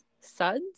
suds